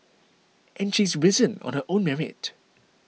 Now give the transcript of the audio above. and she's risen on her own merit